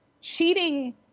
cheating